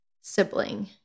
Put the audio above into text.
sibling